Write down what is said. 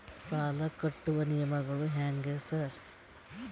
ಸಾಲ ಕಟ್ಟುವ ನಿಯಮಗಳು ಹ್ಯಾಂಗ್ ಸಾರ್?